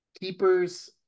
keepers